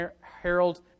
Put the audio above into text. Harold